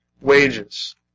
wages